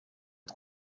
ari